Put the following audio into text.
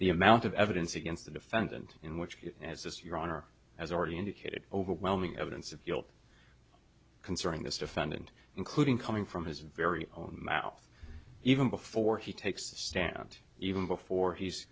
the amount of evidence against the defendant in which as this your honor has already indicated overwhelming evidence of guilt concerning this defendant including coming from his very own mouth even before he takes the stand even before he's